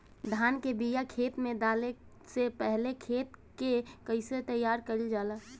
धान के बिया खेत में डाले से पहले खेत के कइसे तैयार कइल जाला?